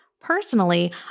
Personally